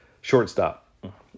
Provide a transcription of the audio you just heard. Shortstop